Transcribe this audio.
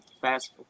fast